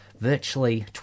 virtually